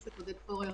ייעשה.